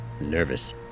nervous